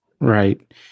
Right